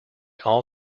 all